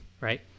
right